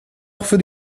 für